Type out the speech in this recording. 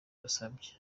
basabye